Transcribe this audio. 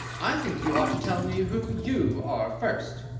i think you ought to tell me who you are, first.